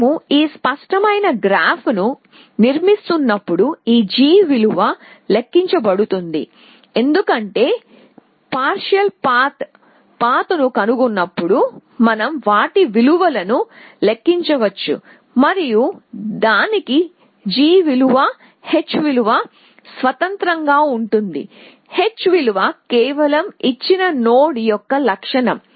మేము ఈ స్పష్టమైన గ్రాఫ్ను నిర్మిస్తున్నప్పుడు ఈ g విలువ లెక్కించబడుతుంది ఎందుకంటే పార్షియల్ పాత్ పాత్ ను కనుగొన్నప్పుడు మనం వాటి విలువలను లెక్కించవచ్చు మరియు దానికి g విలువ H విలువ స్వతంత్రంగా ఉంటుంది H విలువ కేవలం ఇచ్చిన నోడ్ యొక్క లక్షణం